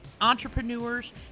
entrepreneurs